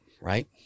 right